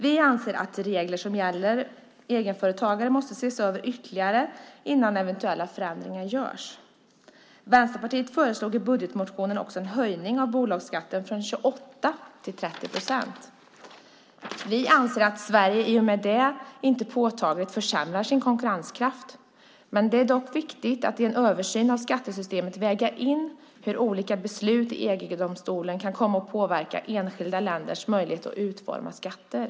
Vi anser att regler som gäller egenföretagare måste ses över ytterligare innan eventuella förändringar görs. Vänsterpartiet föreslog i budgetmotionen också en höjning av bolagsskatten från 28 procent till 30 procent. Vi anser att Sverige inte påtagligt försämrar sin konkurrenskraft med det. Det är dock viktigt att i en översyn av skattesystemet väga in hur olika beslut i EG-domstolen kan komma att påverka enskilda länders möjlighet att utforma skatter.